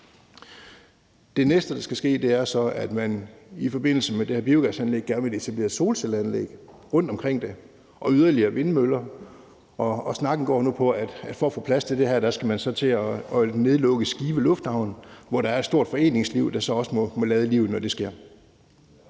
Det næste, der skal ske, er så, at man i forbindelse med det her biogasanlæg gerne vil etablere solcelleanlæg rundt omkring det og yderligere vindmøller, og snakken går nu på, at for at få plads til det her skal man til at nedlægge Skive Lufthavn, hvor der er et stort foreningsliv, der så også må lade livet, når det sker.